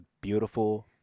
beautiful